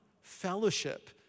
fellowship